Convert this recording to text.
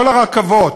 כל הרכבות,